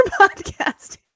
podcasting